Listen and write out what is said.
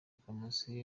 poromosiyo